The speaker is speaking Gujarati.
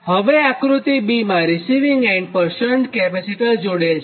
હવે આક્રૃતિ માં રિસિવીંગ એન્ડ પર શન્ટ કેપેસિટર જોડેલ છે